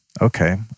Okay